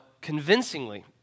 convincingly